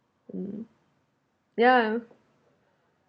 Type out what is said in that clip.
mm yeah